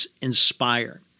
inspire